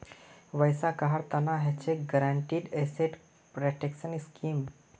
वैसा कहार तना हछेक गारंटीड एसेट प्रोटेक्शन स्कीम